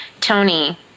Tony